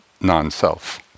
non-self